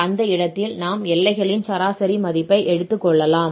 அந்த இடத்தில் நாம் எல்லைகளின் சராசரி மதிப்பை ஏடுத்துக் கொள்ளலாம்